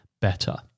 better